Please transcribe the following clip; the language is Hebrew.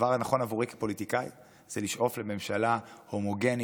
הדבר הנכון בעבורי כפוליטיקאי זה לשאוף לממשלה הומוגנית,